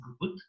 good